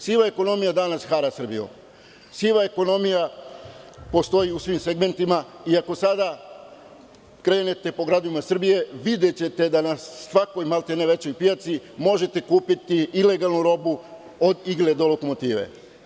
Siva ekonomija danas hara Srbijom, siva ekonomija postoji u svim segmentima i ako sada krenete po gradovima Srbije videćete da na svakoj većoj pijaci možete kupiti ilegalnu robu od igle do lokomotive.